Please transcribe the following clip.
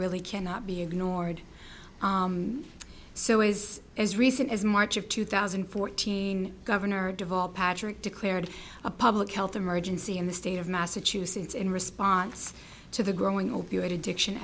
really cannot be ignored so is as recent as march of two thousand and fourteen governor deval patrick declared a public health emergency in the state of massachusetts in response to the growing opiate addiction